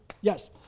Yes